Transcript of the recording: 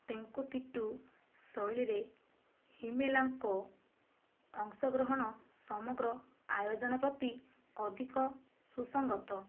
ତେଙ୍କୁତିଟ୍ଟୁ ଶୈଳୀରେ ହିମ୍ମେଲାଙ୍କ ଅଂଶଗ୍ରହଣ ସମଗ୍ର ଆୟୋଜନ ପ୍ରତି ଅଧିକ ସୁସଙ୍ଗତ